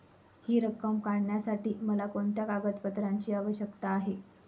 हि रक्कम काढण्यासाठी मला कोणत्या कागदपत्रांची आवश्यकता आहे?